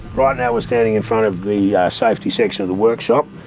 right now we're standing in front of the safety section of the workshop.